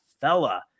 fella